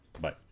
bye